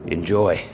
Enjoy